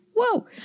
whoa